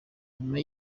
nyuma